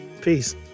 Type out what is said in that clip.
peace